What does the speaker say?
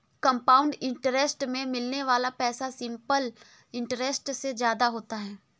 compound interest में मिलने वाला पैसा सिंपल इंटरेस्ट से ज्यादा होता है